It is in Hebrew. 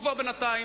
להעביר עודפים.